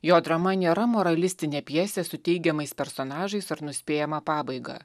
jo atrama nėra moralistinė pjesė su teigiamais personažais ar nuspėjama pabaiga